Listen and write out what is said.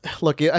Look